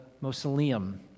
mausoleum